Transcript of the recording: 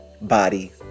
body